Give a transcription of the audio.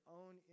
own